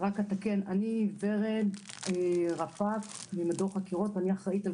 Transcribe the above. אני רפ"ק ורד ממדור חקירות ואני אחראית על